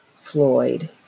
Floyd